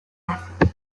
effort